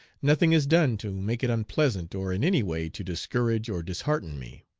nothing is done to make it unpleasant or in any way to discourage or dishearten me.